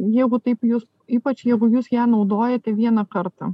jeigu taip jūs ypač jeigu jūs ją naudojate vieną kartą